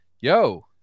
yo